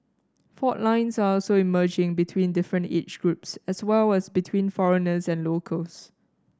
fault lines are also emerging between different age groups as well as between foreigners and locals